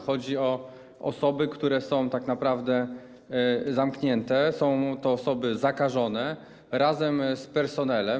Chodzi o osoby, które tak naprawdę są zamknięte, są to osoby zakażone, wraz z personelem.